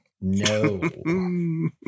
No